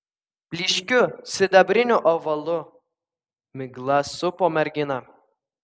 blyškiu sidabriniu ovalu migla supo merginą